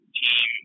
team